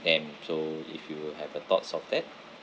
them so if you will have a thoughts of that